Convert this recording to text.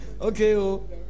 okay